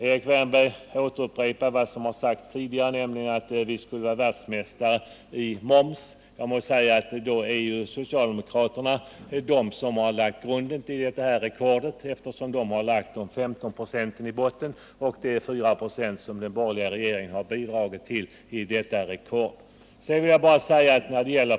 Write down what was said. Erik Wärnberg upprepar vad som har sagts tidigare, nämligen att vi skulle vara världsmästare i moms. Men då är ju socialdemokraterna de som har lagt grunden till detta rekord, eftersom de har lagt 15 20 i botten, medan den borgerliga regeringen har bidragit med 4 96.